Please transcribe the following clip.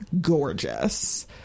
gorgeous